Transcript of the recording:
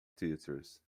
theatres